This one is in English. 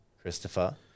Christopher